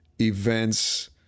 events